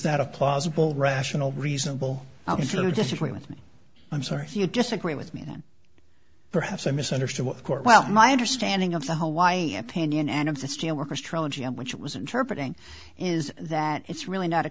that a plausible rational reasonable i'll consider disagree with me i'm sorry if you disagree with me then perhaps i misunderstood what court well my understanding of the hawaii opinion and of the steelworkers trilogy which was interpreted is that it's really not a